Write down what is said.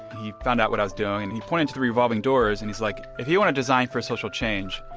he found out what i was doing and he pointed to the revolving doors and he's like, if you want to design for social change,